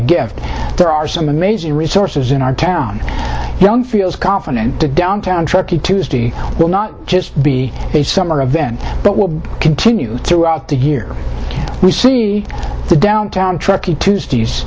gift there are some amazing resources in our town young feels confident downtown truckee tuesday will not just be a summer event but will continue throughout the year we see the downtown truckee tuesdays